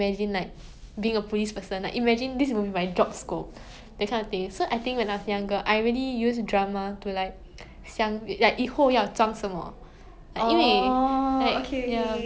then it's like so much possibility so 以前小时候 lah I really like watching like drama because I feel like like 让我看 like you know 很多 different path that I can take and like